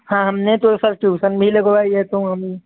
हाँ हमने तो सर ट्यूशन भी लगवाई है तो हम